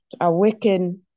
awaken